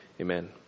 amen